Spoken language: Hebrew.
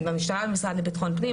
במשרד לביטחון פנים.